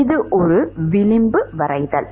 இது ஒரு விளிம்பு வரைதல்